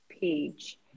page